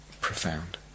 profound